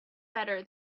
better